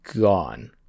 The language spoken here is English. gone